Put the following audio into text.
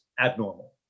abnormal